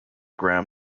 graham